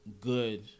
good